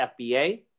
FBA